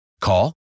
Call